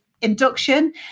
induction